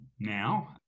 now